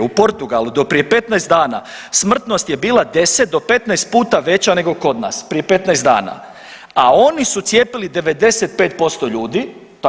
U Portugalu do prije 15 dana smrtnost je bila 10 do 15 puta veća nego kod nas prije 15 dana, a oni su cijepili 95% ljudi.